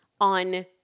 on